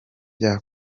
turaza